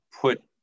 put